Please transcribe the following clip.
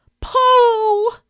Pooh